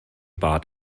bad